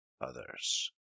others